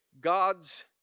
God's